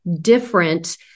different